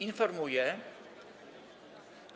Informuję,